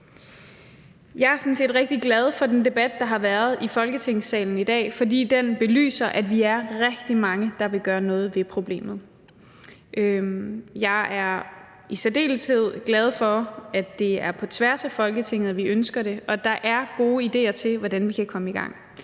set rigtig glad for den debat, der har været i Folketingssalen i dag, fordi den belyser, at vi er rigtig mange, der vil gøre noget ved problemet. Jeg er i særdeleshed glad for, at det er på tværs af Folketinget, vi ønsker det, og der er gode idéer til, hvordan vi kan komme i gang.